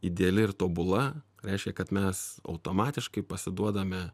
ideali ir tobula reiškia kad mes automatiškai pasiduodame